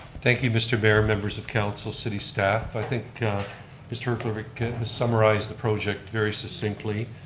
thank you mr. mayor, members of council, city staff. i think mr. herlovich summarized the project very succinctly.